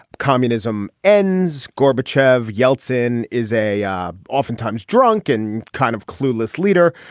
communism ends gorbachev. yeltsin is a um oftentimes drunken, kind of clueless leader.